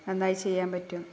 നന്നായി ചെയ്യാൻ പറ്റും